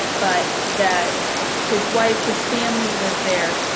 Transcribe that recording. but that his wife, his family lived there.